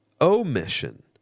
omission